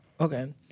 Okay